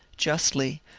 justly,